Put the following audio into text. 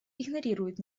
игнорируют